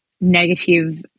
negative